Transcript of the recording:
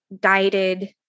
guided